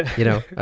you know,